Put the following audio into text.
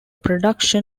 production